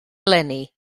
eleni